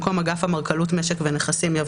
אחרי "או בפקסימיליה"